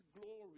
glory